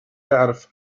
يعرف